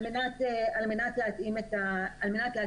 על מנת להתאים את העבירות,